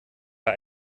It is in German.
bei